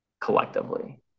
collectively